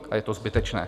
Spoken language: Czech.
A je to zbytečné.